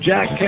Jack